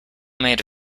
made